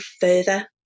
further